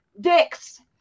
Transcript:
Dicks